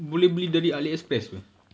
boleh beli dari AliExpress [pe]